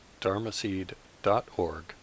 dharmaseed.org